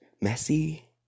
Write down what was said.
messy